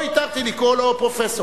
לא התרתי לקרוא לו "פרופסור".